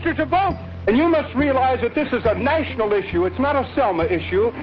sort of um yeah must realize that this is a national issue. it's not a selma issue,